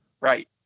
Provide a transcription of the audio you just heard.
Right